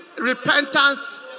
repentance